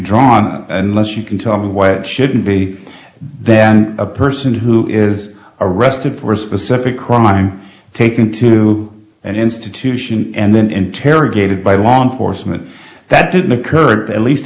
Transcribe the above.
drawn and let's you can talk about why it shouldn't be there and a person who is arrested for a specific crime taken to an institution and then interrogated by law enforcement that didn't occur at least